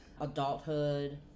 adulthood